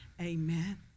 Amen